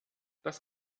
das